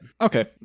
Okay